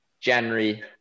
January